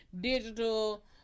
digital